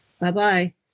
Bye-bye